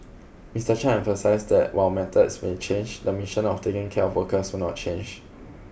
Mister Chan emphasised that while methods may change the mission of taking care of workers will not change